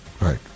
Right